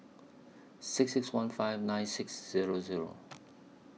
six six one five nine six Zero Zero